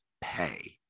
pay